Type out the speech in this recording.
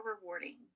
rewarding